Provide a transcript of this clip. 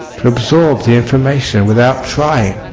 to absorb the information without trying